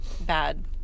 bad